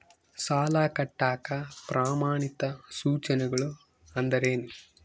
ಸಾಲ ಕಟ್ಟಾಕ ಪ್ರಮಾಣಿತ ಸೂಚನೆಗಳು ಅಂದರೇನು?